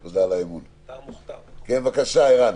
בבקשה, עירן.